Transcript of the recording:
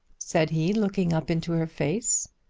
said he, looking up into her face.